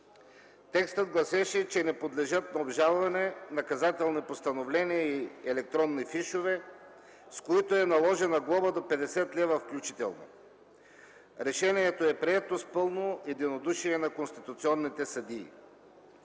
Текстът гласеше, че: „не подлежат на обжалване наказателни постановления и електронни фишове, с които е наложена глоба до 50 лв. включително”. Решението е прието с пълно единодушие на конституционните съдии.